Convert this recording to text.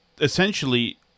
essentially